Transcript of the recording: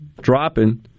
dropping